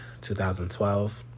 2012